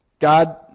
God